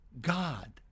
God